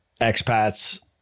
expats